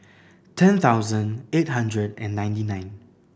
ten thousand eight hundred and ninety nine